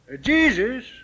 Jesus